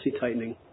tightening